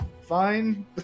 fine